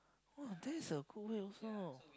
that is a good way also